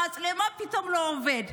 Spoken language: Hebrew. המצלמות פתאום לא עובדות.